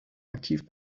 aktiv